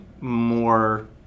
more